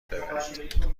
ببرید